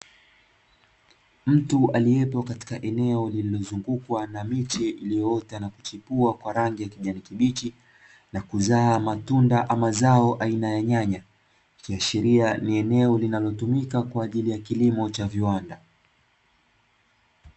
Mtu aliyepo katika eneo lililozungukwa na miche iliyoota na kuchipua kwa rangi ya kijani kibichi, na kuzaa matunda ama zao aina ya nyanya, ikiashiria ni eneo linalotumika kwa ajili ya kilimo cha viwanda.